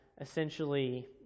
essentially